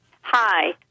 Hi